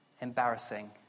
embarrassing